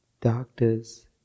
doctors